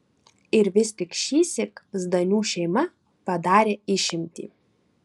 ir vis tik šįsyk zdanių šeima padarė išimtį